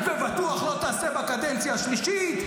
ובטוח לא תעשה בקדנציה השלישית.